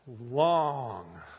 long